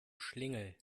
schlingel